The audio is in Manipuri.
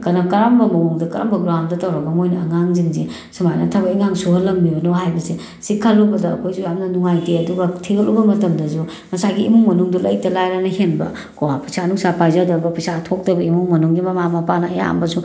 ꯀꯔꯝꯕ ꯃꯑꯣꯡꯗ ꯀꯔꯝꯕ ꯒ꯭ꯔꯥꯎꯟꯗ ꯇꯧꯔꯒ ꯃꯣꯏꯅ ꯑꯉꯥꯡꯁꯤꯡꯁꯦ ꯁꯨꯃꯥꯏꯅ ꯊꯕꯛ ꯏꯪꯈꯥꯡ ꯁꯨꯍꯜꯂꯝꯃꯤꯕꯅꯣ ꯍꯥꯏꯕꯁꯦ ꯁꯤ ꯈꯜꯂꯨꯕꯗ ꯑꯩꯈꯣꯏꯁꯨ ꯌꯥꯝꯅ ꯅꯨꯡꯉꯥꯏꯇꯦ ꯑꯗꯨꯒ ꯊꯤꯒꯠꯂꯨꯕ ꯃꯇꯝꯗꯁꯨ ꯉꯁꯥꯏꯒꯤ ꯏꯃꯨꯡ ꯃꯅꯨꯡꯗꯨ ꯂꯩꯇ ꯂꯥꯏꯔꯅ ꯍꯦꯟꯕꯀꯣ ꯄꯩꯁꯥ ꯅꯨꯡꯁꯥ ꯄꯥꯏꯖꯗꯕ ꯄꯩꯁꯥ ꯊꯣꯛꯇꯕ ꯏꯃꯨꯡ ꯃꯅꯨꯡꯒꯤ ꯃꯃꯥ ꯃꯄꯥꯅ ꯑꯌꯥꯝꯕꯁꯨ